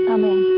Amen